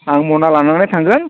आं मना लानानै थांगोन